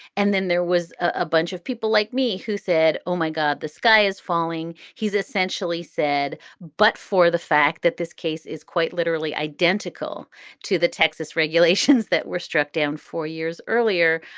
and then there was a bunch of people like me who said, oh, my god, the sky is falling. he's essentially said, but for the fact that this case is quite literally identical to the texas regulations that were struck down four years earlier,